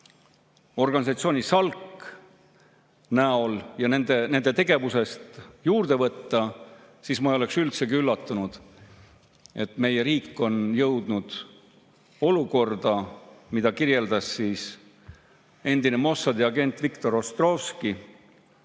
organisatsiooni SALK näol ja nende tegevusest juurde võtta, siis ma ei oleks üldsegi üllatunud, et meie riik on jõudnud olukorda, mida kirjeldas endine Mossadi agentVictor Ostrovsky